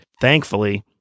thankfully